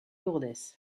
lourdes